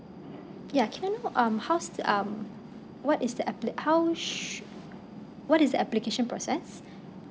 yeah can um how's the um what is the appli~ how sh~ what is the application process